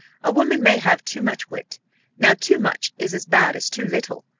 a woman may have too much wit now too much is as bad as too little,